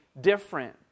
different